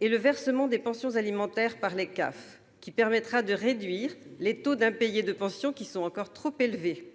et le versement des pensions alimentaires par les caisses d'allocations familiales (CAF), qui permettra de réduire les taux d'impayés de pension, encore trop élevés.